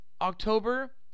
October